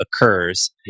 occurs